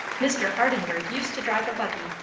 mr. hardenburgh used to drive a buggy,